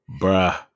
Bruh